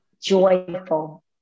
joyful